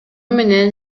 менен